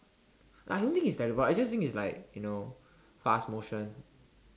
I don't think is terrible I just think is like you know fast motion